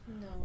No